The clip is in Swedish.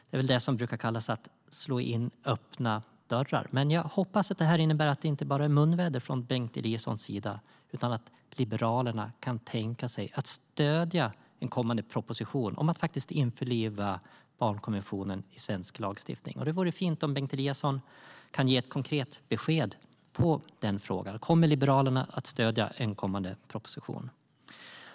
Det är väl detta som brukar kallas att slå in öppna dörrar. Men jag hoppas att detta innebär att det inte är bara munväder från Bengt Eliassons sida utan att Liberalerna kan tänka sig att stödja en kommande proposition om att faktiskt införliva barnkonventionen i svensk lagstiftning. Det vore fint om Bengt Eliasson kunde ge ett konkret besked på den frågan. Kommer Liberalerna att stödja en kommande proposition?